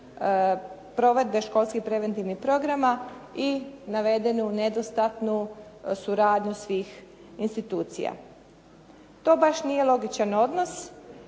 provedbe školskih preventivnih programa i navedenu nedostatnu suradnju svih institucija. To baš nije logičan odnos